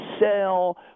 sell